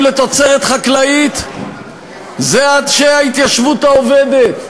לתוצרת חקלאית אלה אנשי ההתיישבות העובדת,